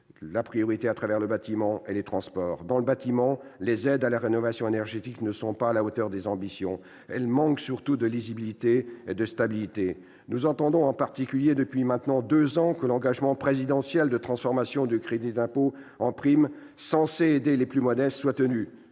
priorités : le bâtiment et les transports. Dans le bâtiment, les aides à la rénovation énergétique ne sont pas à la hauteur des ambitions ;... C'est vrai !... elles manquent surtout de lisibilité et de stabilité. Nous attendons en particulier depuis maintenant deux ans que l'engagement présidentiel de transformation du crédit d'impôt en prime, censée aider les plus modestes, soit tenu.